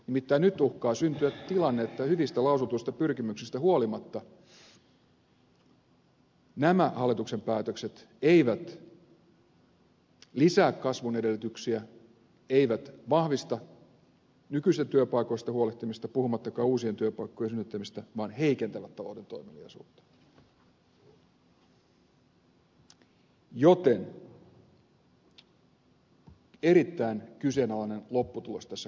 nimittäin nyt uhkaa syntyä tilanne että hyvistä lausutuista pyrkimyksistä huolimatta nämä hallituksen päätökset eivät lisää kasvun edellytyksiä eivät vahvista nykyisistä työpaikoista huolehtimista puhumattakaan uusien työpaikkojen synnyttämistä vaan heikentävät talouden toimeliaisuutta joten erittäin kyseenalainen lopputulos tässä koko harjoituksessa